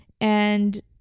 and-